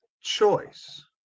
choice